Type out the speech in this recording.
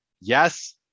yes